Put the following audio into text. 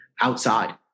outside